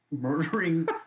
murdering